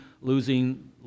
losing